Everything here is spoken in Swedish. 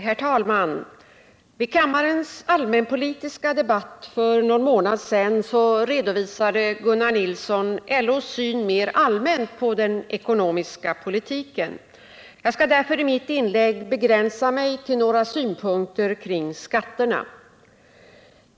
Herr talman! Vid kammarens allmänpolitiska debatt för någon månad sedan redovisade Gunnar Nilsson LO:s syn mer allmänt på den ekonomiska politiken. Jag skall därför i mitt inlägg begränsa mig till några synpunkter på skatterna.